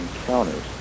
encounters